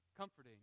Comforting